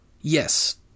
Yes